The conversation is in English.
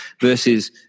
versus